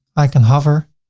i can hover.